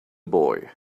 boy